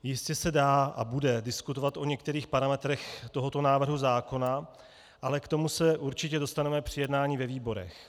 Jistě se dá a bude diskutovat o některých parametrech tohoto návrhu zákona, ale k tomu se určitě dostaneme při jednání ve výborech.